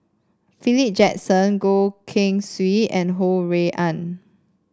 Philip Jackson Goh Keng Swee and Ho Rui An